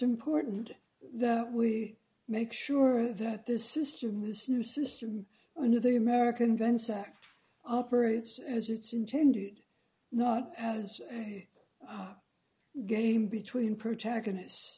important that we make sure that this system this new system and the american vents act operates as its intended not as a game between protagonist